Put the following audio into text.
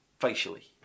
facially